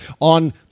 on